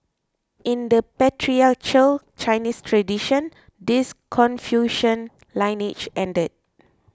in the patriarchal Chinese tradition his Confucian lineage ended